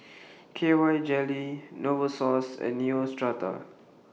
K Y Jelly Novosource and Neostrata